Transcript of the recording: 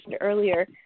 earlier